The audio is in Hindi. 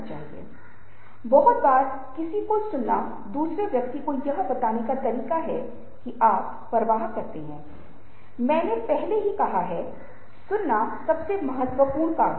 अब हमें या तो साथ रहना सीखना होगा या समय से पहले अकेले मरने की संभावना बढ़ जाएगी यह बहुत महत्वपूर्ण है